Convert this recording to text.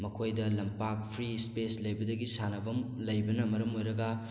ꯃꯈꯣꯏꯗ ꯂꯝꯄꯥꯛ free space ꯂꯩꯕꯗꯒꯤ ꯁꯥꯟꯅꯐꯝ ꯂꯩꯕꯅ ꯃꯔꯝ ꯑꯣꯏꯔꯒ